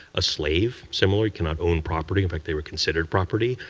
a slave, similarly, cannot own property. in fact, they were considered property.